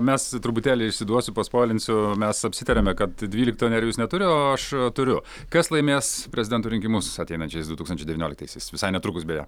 mes truputėlį išsiduosiu paspoilinsiu mes apsitarėme kad dvylikto nerijus neturi o aš turiu kas laimės prezidento rinkimus ateinančiais du tūkstančiai devynioliktaisiais visai netrukus beje